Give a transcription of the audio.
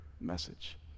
message